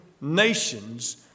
nations